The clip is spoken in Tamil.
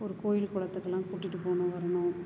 ஒரு கோயில் குளத்துக்கெல்லாம் கூட்டிகிட்டுப் போகணும் வரணும்